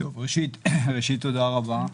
ראשית תודה רבה,